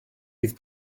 bydd